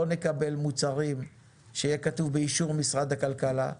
לא נקבל מוצרים שיהיה כתוב באישור משרד הכלכלה.